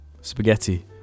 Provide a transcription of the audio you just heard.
Spaghetti